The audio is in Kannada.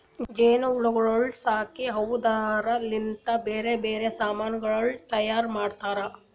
ಜೇನು ಹುಳಗೊಳ್ ಸಾಕಿ ಅವುದುರ್ ಲಿಂತ್ ಬ್ಯಾರೆ ಬ್ಯಾರೆ ಸಮಾನಗೊಳ್ ತೈಯಾರ್ ಮಾಡ್ತಾರ